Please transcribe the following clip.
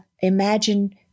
imagine